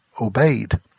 obeyed